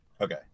Okay